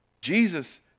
Jesus